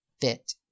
fit